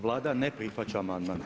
Vlada ne prihvaća amandman.